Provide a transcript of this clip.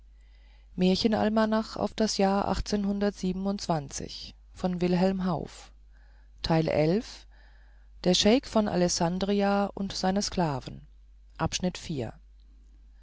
der scheik von alessandria und seine sklaven